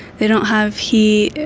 they don't have heat,